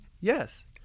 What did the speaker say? Yes